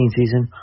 season